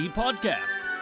podcast